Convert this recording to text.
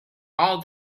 all